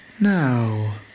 Now